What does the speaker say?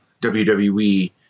WWE